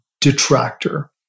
detractor